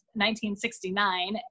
1969